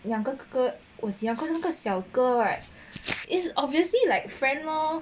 younger 哥哥我喜欢 ya cause 小哥 right is obviously like friend lor